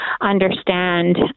understand